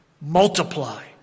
Multiply